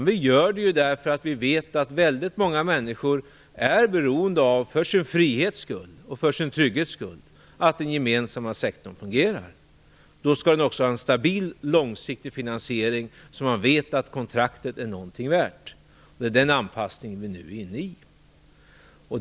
Vi gör det för att vi vet att väldigt många människor för sin frihet och för sin trygghet är beroende av att den gemensamma sektorn fungerar. Då skall den också ha en stabil, långsiktig finansiering så att man vet att kontraktet är någonting värt. Det är den anpassningen vi nu är inne i.